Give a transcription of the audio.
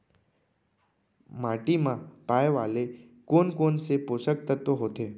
माटी मा पाए वाले कोन कोन से पोसक तत्व होथे?